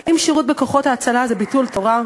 האם שירות בכוחות ההצלה זה ביטול תורה?